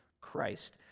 Christ